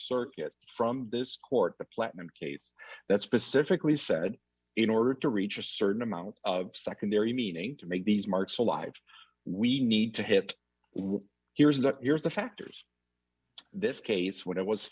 circuit from this court the platinum case that specifically said in order to reach a certain amount of secondary meaning to make these marks alive we need to have here's a here's the factors this case when i was